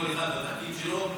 כל אחד והתפקיד שלו,